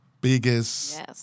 biggest